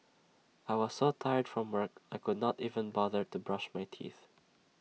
I was so tired from work I could not even bother to brush my teeth